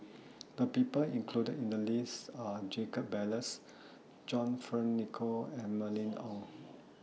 The People included in The list Are Jacob Ballas John Fearns Nicoll and Mylene Ong